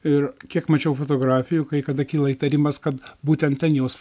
ir kiek mačiau fotografijų kai kada kyla įtarimas kad būtent ten jos